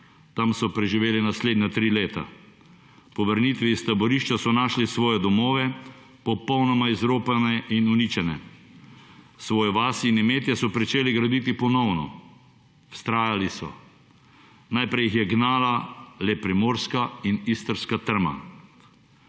Tam so preživeli naslednja tri leta. Po vrnitvi iz taborišča so našli svoje domove, popolnoma izropane in uničene. Svojo vas in imetje so pričeli graditi ponovno, vztrajali so. Najprej jih je gnala le primorska in istrska trma.